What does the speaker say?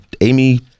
amy